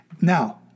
Now